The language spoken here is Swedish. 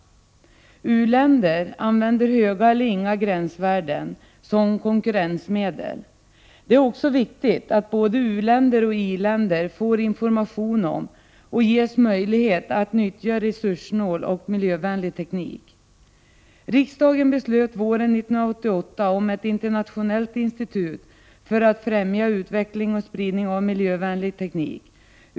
U-länder använder höga eller inga gränsvärden som konkurrensmedel. Det är också viktigt att både u-länder och i-länder får information om och ges möjlighet att nyttja resurssnål och miljövänlig teknik. Riksdagen fattade våren 1988 beslut om ett internationellt institut för att främja utveckling och spridning av miljövänlig teknik.